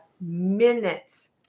minutes